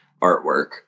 artwork